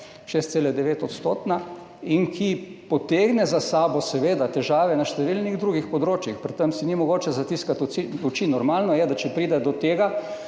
6,9-odstotna, ki potegne za sabo seveda težave na številnih drugih področjih. Pri tem si ni mogoče zatiskati oči. Normalno je, da če pride do tega,